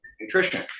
nutrition